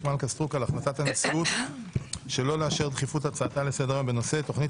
מלכה סטרוק על החלטת הנשיאות שלא לאשר דחיפות הצעתה לסדר היום בנושא "תכנית